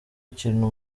ikintu